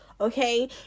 Okay